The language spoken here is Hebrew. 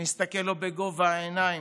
נסתכל לו בגובה העיניים,